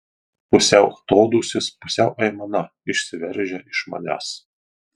pusiau atodūsis pusiau aimana išsiveržia iš manęs